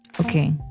okay